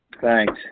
Thanks